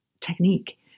technique